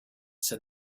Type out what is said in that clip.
said